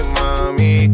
mommy